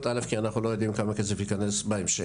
כי אנחנו לא יודעים כמה כסף יכנס בהמשך,